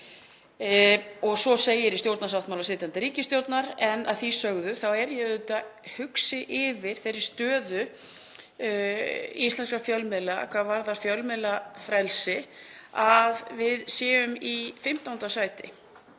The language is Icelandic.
og svo segir í stjórnarsáttmála sitjandi ríkisstjórnar. Að því sögðu er ég auðvitað hugsi yfir þeirri stöðu íslenskra fjölmiðla hvað varðar fjölmiðlafrelsi, að við séum í 15. sæti